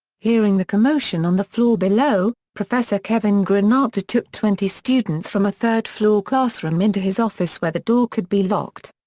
hearing the commotion on the floor below, professor kevin granata took twenty students from a third-floor third-floor classroom into his office where the door could be locked.